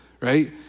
Right